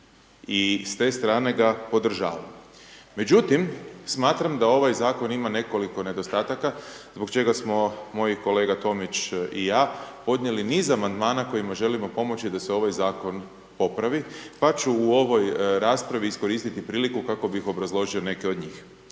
i s te strane ga podržavam. Međutim, smatram da ovaj zakon ima nekoliko nedostataka zbog čega smo moji kolega Tomić i ja podnijeli niz amandmana kojima želimo pomoći da se ovaj zakon popravi pa ću u ovoj raspravi iskoristiti priliku kako bi obrazložio neke od njih